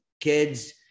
kids